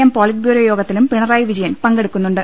M politburo യോഗത്തിലും പിണറായി വിജയൻ പങ്കെടുക്കുന്നുണ്ട്